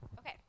okay